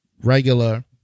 regular